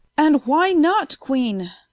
and why not queene?